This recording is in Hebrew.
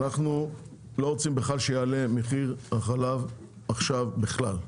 אנחנו לא רוצים בכלל שיעלה מחיר החלב עכשיו בכלל.